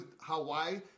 Hawaii